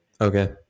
Okay